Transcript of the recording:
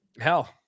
hell